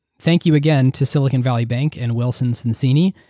thank you again to silicon valley bank and wilson sonsini,